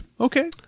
Okay